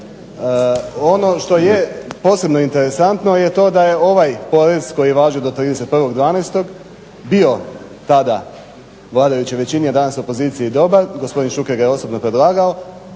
Ono što je posebno interesantno je to da je ovaj porez koji važi do 31.12. bio tada vladajućoj većini a danas opoziciji dobar, gospodin Šuker ga je osobno predlagao